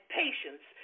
patience